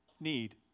need